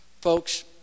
Folks